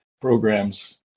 programs